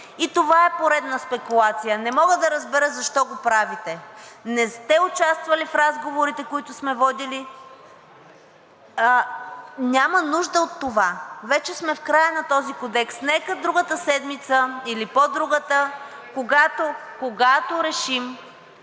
и това е поредна спекулация. Не мога да разбера защо го правите! Не сте участвали в разговорите, които сме водили. Няма нужда от това! Вече сме в края на този кодекс. Нека другата седмица или по-другата, когато решим